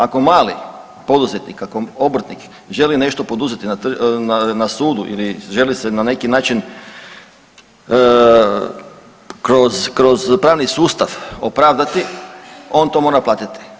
Ako mali poduzetnik, ako obrtnik želi nešto želi poduzeti na Sudu ili želi se na neki način kroz pravni sustav opravdati on to mora platiti.